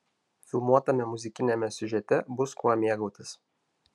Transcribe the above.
filmuotame muzikiniame siužete bus kuo mėgautis